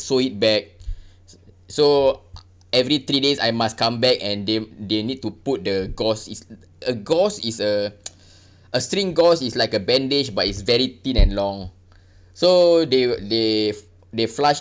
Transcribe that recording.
sew it back so every three days I must come back and they they need to put the gauze is a gauze is a a string gauze is like a bandage but it's very thin and long so they they they flush